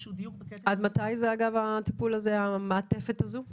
עד מתי המעטפת הזו ניתנת?